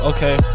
Okay